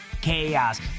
chaos